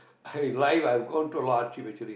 I lie I gone through a lot of hardship actually